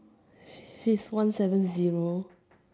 he's one seven zero